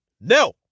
No